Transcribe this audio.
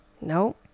No